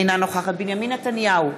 אינה נוכחת בנימין נתניהו,